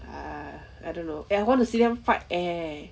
ah I don't know eh I want to see them fight eh